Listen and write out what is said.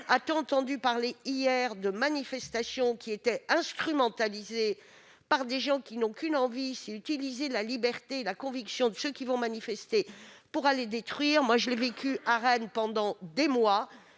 A-t-on entendu parler hier de manifestations qui étaient instrumentalisées par des gens qui n'ont qu'une envie : utiliser la liberté et la conviction de ceux qui vont manifester pour détruire ? À Rennes, pendant des mois,